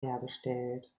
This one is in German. hergestellt